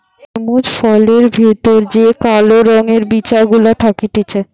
তরমুজ ফলের ভেতর যে কালো রঙের বিচি গুলা থাকতিছে